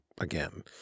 again